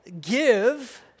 give